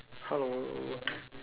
hello